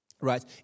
right